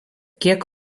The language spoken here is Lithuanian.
kiek